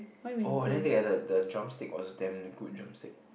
oh then they have the the drumstick was damn good drumstick